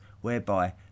whereby